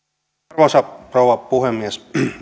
arvoisa rouva puhemies